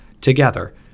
together